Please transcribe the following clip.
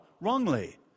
wrongly